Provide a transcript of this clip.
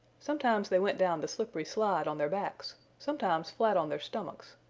sometimes they went down the slippery slide on their backs, sometimes flat on their stomachs,